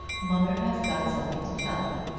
mother has got something to tell you.